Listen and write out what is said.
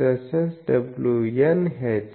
wn h